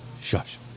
Shush